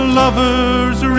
lovers